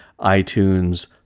iTunes